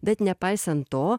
bet nepaisant to